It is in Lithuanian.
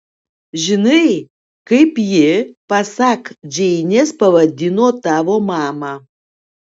žinai kaip ji pasak džeinės pavadino tavo mamą